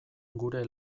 gure